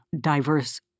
diverse